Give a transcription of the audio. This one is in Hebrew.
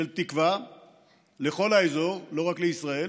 של תקווה לכל האזור, לא רק לישראל,